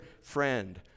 friend